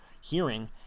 hearing